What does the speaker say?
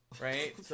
Right